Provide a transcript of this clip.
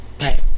Right